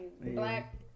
Black